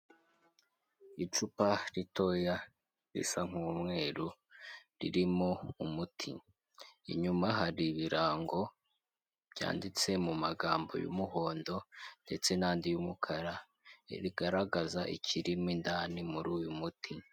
Icupa ritoya risa nk'umweru ririmo umuti, inyuma hari ibirango byanditse mu magambo y'umuhondo ndetse n'andi y'umukara rigaragaza ikirimo indanani muri uyu muti.